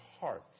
heart